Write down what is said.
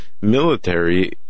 military